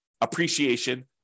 appreciation